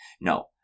No